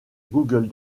google